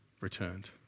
returned